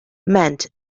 meant